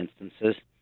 instances